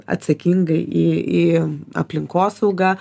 atsakingai į į aplinkosaugą